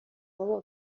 بابا